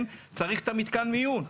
צריך את מתקן המיון.